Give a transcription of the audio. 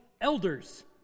elders